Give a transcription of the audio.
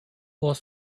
was